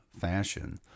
fashion